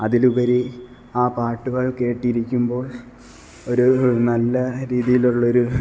അതിലുപരി ആ പാട്ടുകള് കേട്ടിരിക്കുമ്പോള് ഒരു നല്ല രീതിയിലുള്ള ഒരു